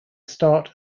start